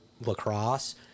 lacrosse